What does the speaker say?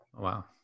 Wow